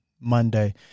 Monday